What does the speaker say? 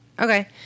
Okay